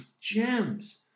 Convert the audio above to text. gems